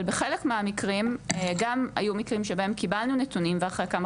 אבל בחלק מהמקרים גם היו מקרים שבהם קיבלנו נתונים ואחרי כמה